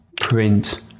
print